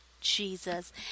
Jesus